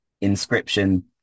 inscription